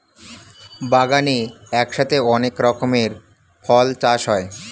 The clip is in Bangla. বাগানে একসাথে অনেক রকমের ফল চাষ হয়